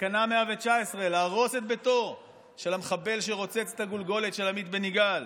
בתקנה 119 להרוס את ביתו של המחבל שרוצץ את הגולגולת של עמית בן יגאל,